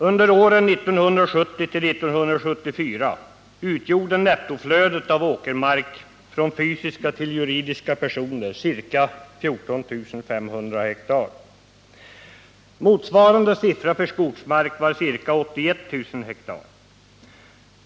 Under åren 1970 till 1974 utgjorde nettoflödet av åkermark från fysiska till juridiska personer ca 14 500 ha. Motsvarande siffra för skogsmark var ca 81 000 ha.